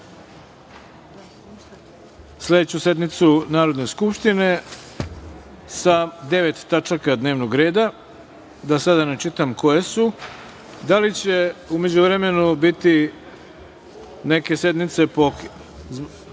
sledeću sednicu Narodne skupštine sa devet tačaka dnevnog reda. Da ne čitam sada koje su. Da li će u međuvremenu biti neke sednice